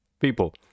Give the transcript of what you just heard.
People